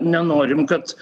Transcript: nenorim kad